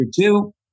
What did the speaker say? two